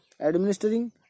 administering